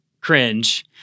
cringe